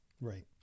Right